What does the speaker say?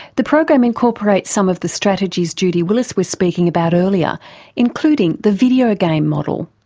the program incorporates some of the strategies judy willis was speaking about earlier including the video game model.